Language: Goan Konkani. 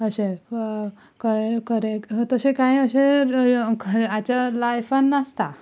अशें कळ्ळें अशें खरें कांय अशें हाच्या लायफान नासता